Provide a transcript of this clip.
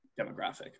demographic